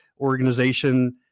Organization